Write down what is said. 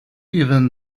even